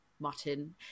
mutton